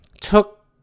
took